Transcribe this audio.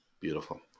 Beautiful